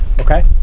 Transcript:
Okay